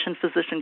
physician